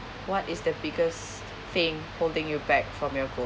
what is the biggest thing holding you back from your goal